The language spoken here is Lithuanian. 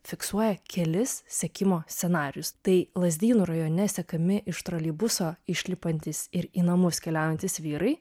fiksuoja kelis sekimo scenarijus tai lazdynų rajone sekami iš troleibuso išlipantys ir į namus keliaujantys vyrai